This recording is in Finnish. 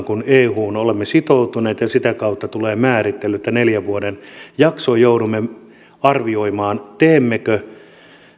kun euhun olemme sitoutuneet ja sitä kautta tulee määrittely että neljän vuoden jakson kuluessa joudumme arvioimaan teemmekö